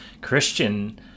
Christian